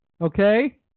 Okay